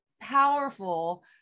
powerful